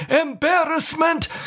embarrassment